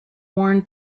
worn